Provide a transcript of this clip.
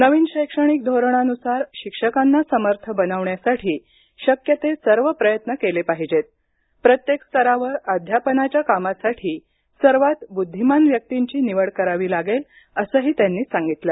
नवीन शैक्षणिक धोरणानुसार शिक्षकांना समर्थ बनविण्यासाठी शक्य ते सर्व प्रयत्न केले पाहिजेत प्रत्येक स्तरावर अध्यापनाच्या कामासाठी सर्वात बुद्धिमान व्यक्तींची निवड करावी लागेल असंही त्यांनी सांगितलं